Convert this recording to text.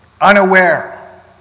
unaware